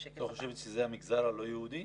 את חושבת שזה המגזר הלא יהודי?